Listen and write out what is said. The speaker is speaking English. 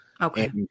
okay